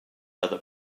other